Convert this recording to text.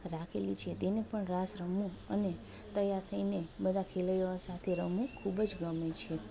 રાખેલી છે તેને પણ રાસ રમવું અને તૈયાર થઈને બધા ખેલૈયાઓ સાથે રમવું ખૂબ જ ગમે છે